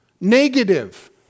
Negative